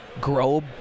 grow